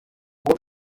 both